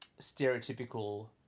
stereotypical